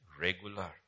regular